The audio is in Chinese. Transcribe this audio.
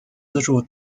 资助